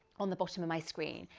on the bottom of my screen,